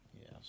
Yes